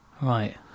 Right